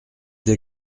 des